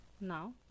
now